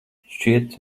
šķiet